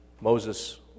Moses